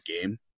game